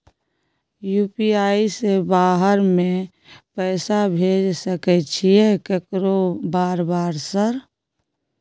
UPI से बाहर में पैसा भेज सकय छीयै केकरो बार बार सर?